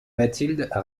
mathilde